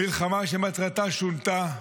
מלחמה שמטרתה שונתה,